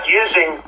using